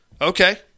Okay